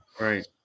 Right